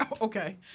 Okay